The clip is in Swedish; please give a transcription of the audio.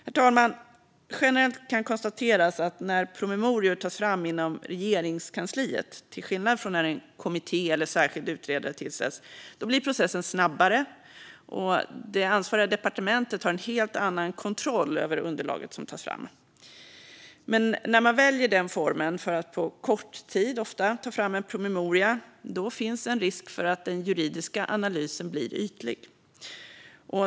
Herr talman! Generellt kan konstateras att när promemorior tas fram inom Regeringskansliet, till skillnad från när en kommitté eller särskild utredare tillsätts, blir processen snabbare och det ansvariga departementet har en helt annan kontroll över underlaget som tas fram. Men när man väljer den formen, ofta för att på kort tid ta fram en promemoria, finns en risk för att den juridiska analysen blir ytlig.